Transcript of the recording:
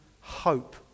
hope